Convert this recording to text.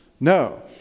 No